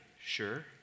Sure